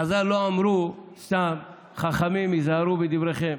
חז"ל לא סתם אמרו "חכמים, היזהרו בדבריכם",